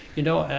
you know,